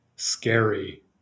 scary